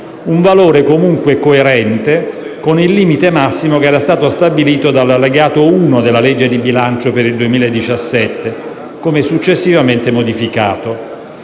un valore comunque coerente con il limite massimo stabilito dall'allegato 1 della legge di bilancio per il 2017, come successivamente modificato.